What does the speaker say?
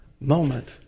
moment